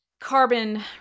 carbon